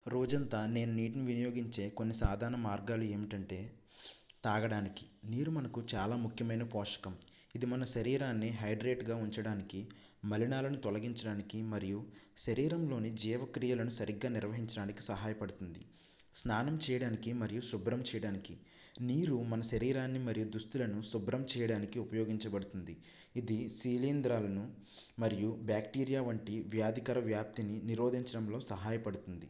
రోజంతా నేను నీటిని వినియోగించే కొన్ని సాధారణ మార్గాలు ఏమిటంటే తాగడానికి నీరు మనకు చాలా ముఖ్యమైన పోషకం ఇది మన శరీరాన్ని హైడ్రేట్గా ఉంచడానికి మలినాలను తొలగించడానికి మరియు శరీరంలోని జీవక్రియలను సరిగ్గా నిర్వహించడానికి సహాయపడుతుంది స్నానం చేయడానికి మరియు శుభ్రం చేయడానికి నీరు మన శరీరాన్ని మరియు దుస్తులను శుభ్రం చేయడానికి ఉపయోగించబడుతుంది ఇది శీలేంద్రాలను మరియు బ్యాక్టీరియా వంటి వ్యాధికర వ్యాప్తిని నిరోధించడంలో సహాయపడుతుంది